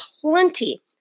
plenty